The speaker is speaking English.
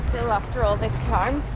still after all this time?